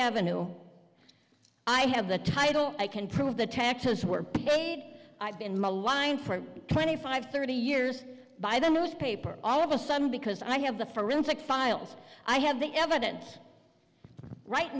avenue i have the title i can prove the texas where i've been maligned for twenty five thirty years by the newspaper all of a sudden because i have the forensic files i have the evidence right